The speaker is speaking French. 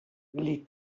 les